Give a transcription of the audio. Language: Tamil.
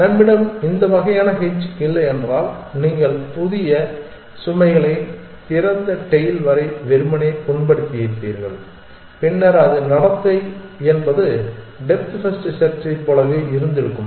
நம்மிடம் இந்த வகையான h இல்லையென்றால் நீங்கள் புதிய சுமைகளை திறந்த டெயில் வரை வெறுமனே புண்படுத்தியிருப்பீர்கள் பின்னர் அது நடத்தை என்பது டெப்த் ஃபர்ஸ்ட் செர்ச்சைப் போலவே இருந்திருக்கும்